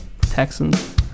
Texans